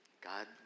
God